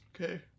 okay